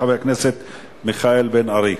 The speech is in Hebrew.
חבר הכנסת מיכאל בן-ארי,